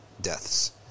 deaths